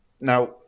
now